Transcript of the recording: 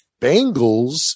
Bengals